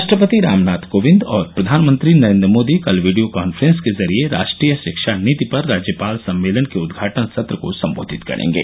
राष्ट्रपति रामनाथ कोविंद और प्रधानमंत्री नरेन्द्र मोदी कल वीडियो कांफ्रेंस के जरिए राष्ट्रीय शिक्षा नीति पर राज्यपाल सम्मेलन के उद्घाटन सत्र को संबोधित करेंगे